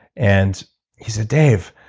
and he said, dave.